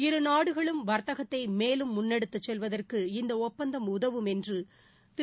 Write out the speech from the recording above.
இரு நாடுகளும் வாத்தகத்தை மேலும் முன்னெடுத்து செல்வதற்கு இந்த ஒப்பந்தம் உதவும் என்று திரு